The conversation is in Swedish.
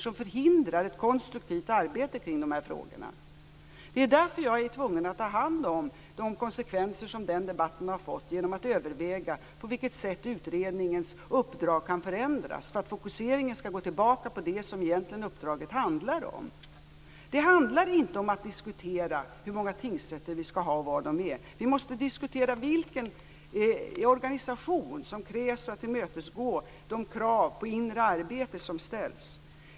Detta förhindrar ett konstruktivt arbete kring de här frågorna. Det är därför jag är tvungen att ta hand om de konsekvenser som denna debatt har fått genom att överväga på vilket sätt utredningens uppdrag kan förändras för att fokuseringen skall gå tillbaka till det som uppdraget egentligen handlar om. Det handlar inte om att diskutera hur många tingsrätter vi skall ha och var de skall ligga. Vi måste diskutera vilken organisation som krävs för att tillmötesgå kraven vad gäller inre arbete.